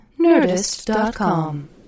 Nerdist.com